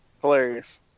Hilarious